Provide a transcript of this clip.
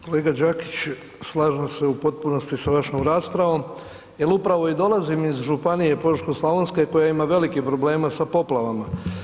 Kolega Đakić, slažem se u potpunosti sa vašom raspravom jer upravo i dolazim iz županije Požeško-slavonske koja ima velikih problema sa poplavama.